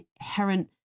inherent